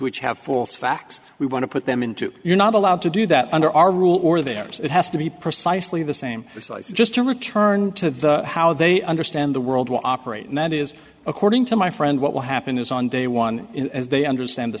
which have false facts we want to put them into you're not allowed to do that under our rule or there so it has to be precisely the same size just to return to how they understand the world will operate and that is according to my friend what will happen is on day one as they understand the